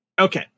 Okay